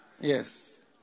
Yes